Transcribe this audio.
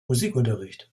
musikunterricht